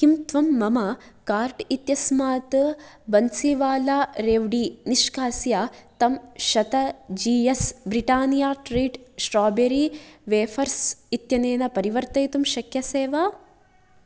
किं त्वं मम कार्ट् इत्यस्मात् बन्सिवाला रेव्डी निष्कास्य तं शतं जी एस् ब्रिटानिया ट्रीट् स्ट्राबेरी वेफ़र्स् इत्यनेन परिवर्तयितुं शक्यसे वा